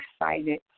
excited